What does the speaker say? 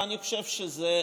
ואני חושב שזאת